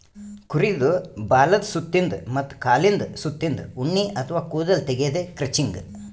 ಕುರಿದ್ ಬಾಲದ್ ಸುತ್ತಿನ್ದ ಮತ್ತ್ ಕಾಲಿಂದ್ ಸುತ್ತಿನ್ದ ಉಣ್ಣಿ ಅಥವಾ ಕೂದಲ್ ತೆಗ್ಯದೆ ಕ್ರಚಿಂಗ್